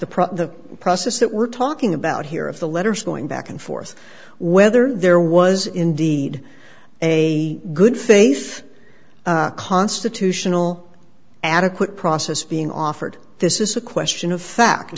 problem the process that we're talking about here of the letters going back and forth whether there was indeed a good faith constitutional adequate process being offered this is a question of fact